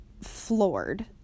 floored